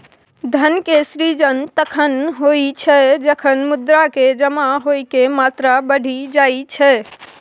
धन के सृजन तखण होइ छै, जखन मुद्रा के जमा होइके मात्रा बढ़ि जाई छै